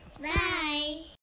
Bye